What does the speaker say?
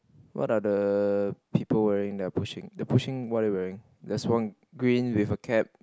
what are the people wearing that are pushing the pushing what are they wearing there's one green with the cap